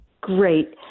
Great